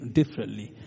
differently